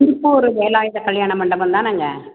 திருப்பூரு வேலாயுத கல்யாண மண்டபம் தானேங்க